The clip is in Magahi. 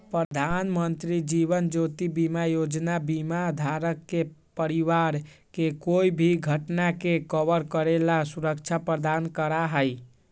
प्रधानमंत्री जीवन ज्योति बीमा योजना बीमा धारक के परिवार के कोई भी घटना के कवर करे ला सुरक्षा प्रदान करा हई